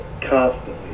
constantly